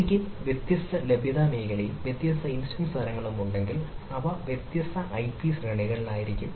എനിക്ക് വ്യത്യസ്ത ലഭ്യതാ മേഖലയും വ്യത്യസ്ത ഇൻസ്റ്റൻസ് തരങ്ങളും ഉണ്ടെങ്കിൽ അവ വ്യത്യസ്ത ഐപി ശ്രേണികളിലായിരിക്കാം